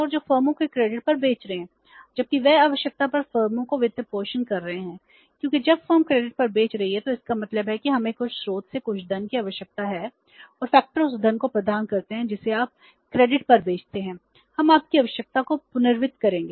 और जो फर्मों को क्रेडिट पर बेच रहे हैं जबकि वे आवश्यकता पर फर्मों को वित्तपोषण कर रहे हैं क्योंकि जब फर्म क्रेडिट पर बेच रही है तो इसका मतलब है कि हमें कुछ स्रोत से कुछ धन की आवश्यकता है और फैक्टर उस धन को प्रदान करते हैं जिसे आप क्रेडिट पर बेचते हैं हम आपकी आवश्यकता को पुनर्वित्त करेंगे